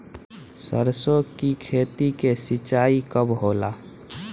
सरसों की खेती के सिंचाई कब होला?